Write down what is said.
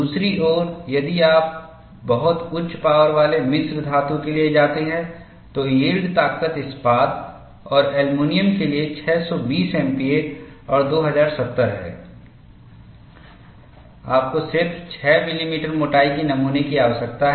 दूसरी ओर यदि आप बहुत उच्च पावर वाले मिश्र धातु के लिए जाते हैं तो यील्ड ताकत इस्पात और एल्यूमीनियम के लिए 620 एमपीए और 2070 है आपको सिर्फ 6 मिलीमीटर मोटाई के नमूने की आवश्यकता है